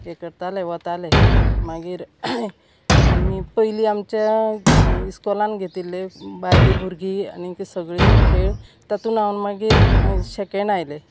हें करताले वताले मागीर आमी पयली आमच्या इस्कॉलान घेतिल्ले बायलें भुरगीं आनी सगळीं खेळ तातून हांव मागीर सेकेंड आयलें